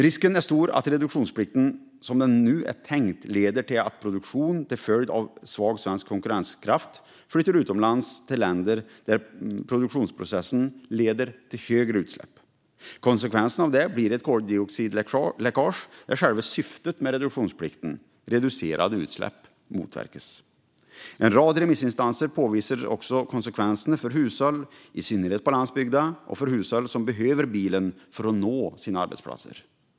Risken är stor att reduktionsplikten, som den nu är tänkt, leder till att produktion till följd av svag svensk konkurrenskraft flyttar utomlands till länder där produktionsprocessen leder till högre utsläpp. Konsekvensen av det blir ett koldioxidläckage där själva syftet med reduktionsplikten, reducerade utsläpp, motverkas. En rad remissinstanser påvisar också konsekvenserna för hushåll på landsbygden i synnerhet och för hushåll som behöver bilen för att nå sina arbetsplatser.